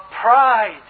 pride